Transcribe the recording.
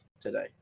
today